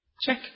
check